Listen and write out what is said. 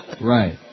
Right